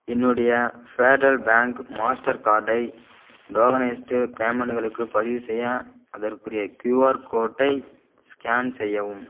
என்னுடைய federal bank master கார்டை tokenised பேமெண்டுகளுக்கு பதிவுசெய்ய அதற்குரிய கியூஆர் கோட்டை ஸ்கேன் செய்யவும்